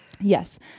Yes